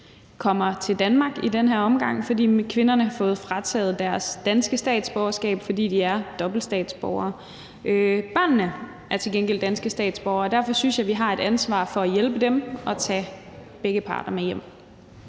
kommer til Danmark i den her omgang, fordi kvinderne har fået frataget deres danske statsborgerskab, fordi de er dobbelte statsborgere. Børnene er til gengæld danske statsborgere, og derfor synes jeg vi har et ansvar for at hjælpe dem og tage begge parter med hjem.